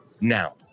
now